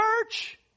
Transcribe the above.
church